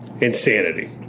Insanity